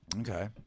Okay